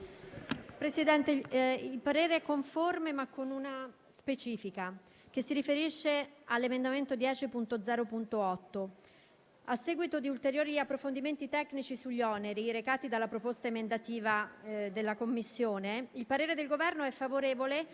espresso dal relatore, ma con una specifica che si riferisce all'emendamento 10.0.8. A seguito di ulteriori approfondimenti tecnici sugli oneri recati dalla proposta emendativa della Commissione, il parere del Governo è favorevole